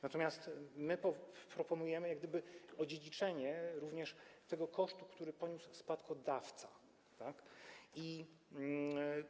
Natomiast my proponujemy jak gdyby odziedziczenie również tego kosztu, który poniósł spadkodawca, tak?